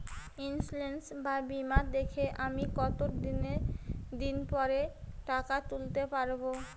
Insurance বা বিমা থেকে আমি কত দিন পরে টাকা তুলতে পারব?